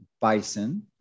bison